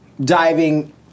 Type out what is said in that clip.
diving